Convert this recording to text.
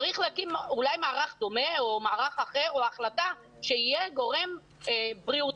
צריך להקים אולי מערך דומה או מערך אחר או החלטה שיהיה גורם בריאותי,